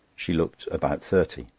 she looked about thirty.